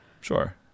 Sure